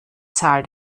zahl